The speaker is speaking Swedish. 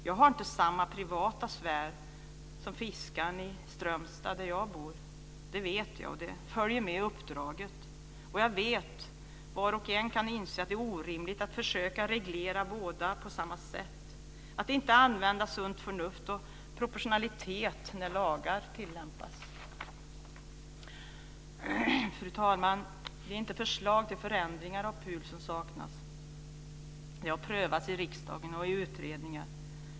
Jag har inte samma privata sfär som fiskaren i Strömstad där jag bor. Det vet jag, och det följer med uppdraget. Var och en kan inse att det är orimligt att försöka reglera båda på samma sätt och att inte använda sunt förnuft och proportionalitet när lagar tillämpas. Fru talman! Det är inte förslag till förändringar av PUL som saknas. De har prövats i riksdagen och i utredningar.